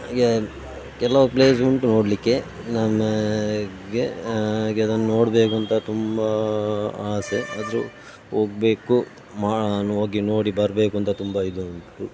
ಹೀಗೆ ಕೆಲವು ಪ್ಲೇಸ್ ಉಂಟು ನೋಡಲಿಕ್ಕೆ ನನಗೆ ಹಾಗೇ ಅದನ್ನು ನೋಡಬೇಕು ಅಂತ ತುಂಬ ಆಸೆ ಆದರೂ ಹೋಗ್ಬೇಕು ಹೋಗಿ ನೋಡಿ ಬರಬೇಕು ಅಂತ ತುಂಬ ಇದು ಉಂಟು